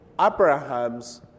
Abraham's